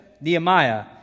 Nehemiah